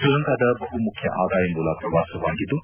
ಶ್ರೀಲಂಕಾದ ಬಹುಮುಖ್ಯ ಆದಾಯ ಮೂಲ ಪ್ರವಾಸವಾಗಿದ್ದು